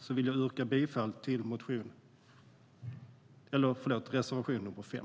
Med dessa ord yrkar jag bifall till reservation 5.